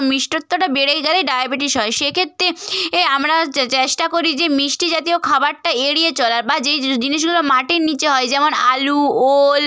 মিষ্টত্বটা বেড়ে গেলে ডায়াবেটিস হয় সেক্ষেত্রে এ আমরা চে চ্যাষ্টা করি যে মিষ্টি জাতীয় খাবারটা এড়িয়ে চলার বা যেই জিনিসগুলো মাটির নিচে হয় যেমন আলু ওল